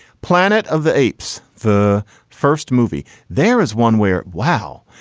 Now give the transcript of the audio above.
planet of the apes, the first movie there is one where, wow,